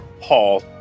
Paul